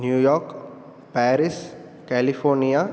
New York Paris California